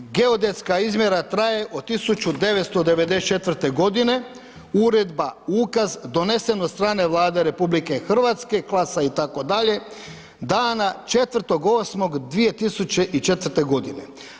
Geodetska izmjera traje od 1994. g., Uredba, Ukaz donesen od strane Vlade RH, klasa, itd., dana 4.8.2004. godine.